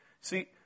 See